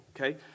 okay